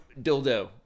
dildo